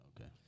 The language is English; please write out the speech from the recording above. Okay